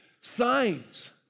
Signs